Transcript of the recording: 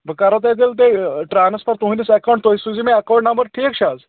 بہٕ کَرو تۄہہِ تیٚلہِ تۄہہِ ٹرٛانَسفَر تُہٕنٛدِس ایکاوُنٛٹ تُہۍ سوٗزِو مےٚ ایکاوُنٛٹ نمبر ٹھیٖک چھا حظ